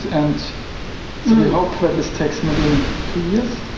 and we hope that this takes maybe two years.